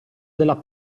della